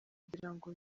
kugirango